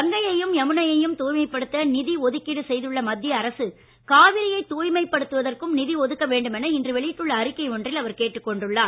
கங்கையையும் யமுனையையும் தூய்மைப்படுத்த நிதி ஒதுக்கீடு செய்துள்ள மத்திய அரசு காவிரியைத் தூய்மைப் படுத்துவதற்கும் நிதி ஒதுக்க வேண்டும் இன்று வெளியிட்டுள்ள அறிக்கை ஒன்றில் கேட்டுக் என கொண்டுள்ளார்